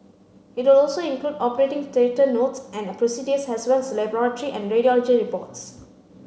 it will also include operating theatre notes and procedures as well as laboratory and radiology reports